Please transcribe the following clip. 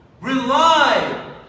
rely